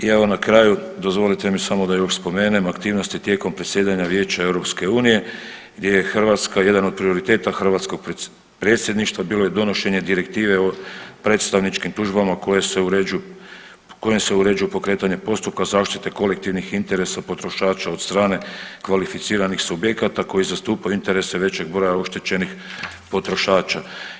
I evo na kraju, dozvolite mi samo da još spomenem aktivnosti tijekom predsjedanja Vijeća EU, gdje je Hrvatska jedan od prioriteta hrvatskog predsjedništva bilo i donošenje Direktive od predstavničkim tužbama koje se uređuju, kojim se uređuju pokretanje postupka zaštite kolektivnih interesa potrošača od strane kvalificiranih subjekata, koji zastupaju interese većeg broja oštećenih potrošača.